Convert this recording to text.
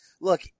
Look